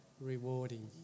rewarding